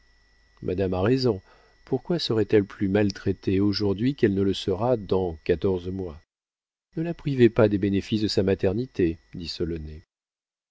madame a raison pourquoi serait-elle plus maltraitée aujourd'hui qu'elle ne le sera dans quatorze mois ne la privez pas des bénéfices de sa maternité dit